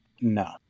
No